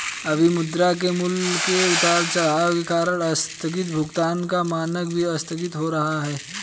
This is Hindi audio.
अभी मुद्रा के मूल्य के उतार चढ़ाव के कारण आस्थगित भुगतान का मानक भी आस्थगित हो रहा है